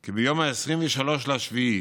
כי ביום 23 ביולי